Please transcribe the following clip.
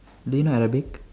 do you know arabic